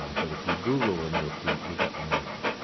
but if you google them, you'll see you'll get many